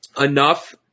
enough